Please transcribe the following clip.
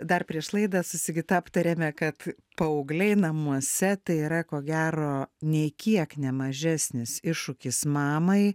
dar prieš laidą su sigita aptarėme kad paaugliai namuose tai yra ko gero nei kiek nemažesnis iššūkis mamai